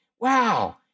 Wow